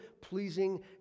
pleasing